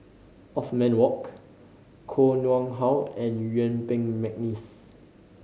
Othman Wok Koh Nguang How and Yuen Peng McNeice